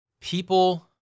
people